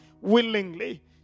willingly